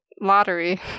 lottery